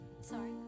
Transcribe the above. sorry